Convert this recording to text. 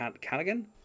Callaghan